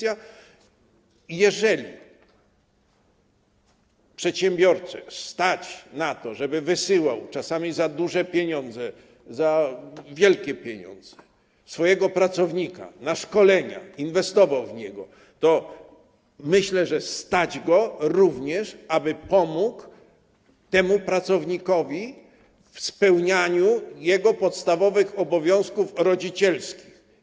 Jeżeli przedsiębiorcę stać na to, żeby wysyłać, czasami za duże pieniądze, za wielkie pieniądze, swojego pracownika na szkolenia, inwestować w niego, to myślę, że stać go również na to, aby pomóc pracownikowi w spełnianiu jego podstawowych obowiązków rodzicielskich.